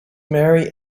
marry